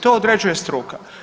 To određuje struka.